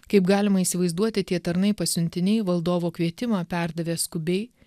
kaip galima įsivaizduoti tie tarnai pasiuntiniai valdovo kvietimą perdavė skubiai